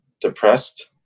depressed